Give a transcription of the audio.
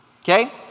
okay